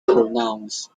pronounce